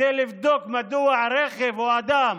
כדי לבדוק מדוע רכב או אדם